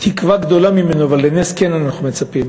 לתקווה גדולה ממנו, אבל לנס כן אנחנו מצפים.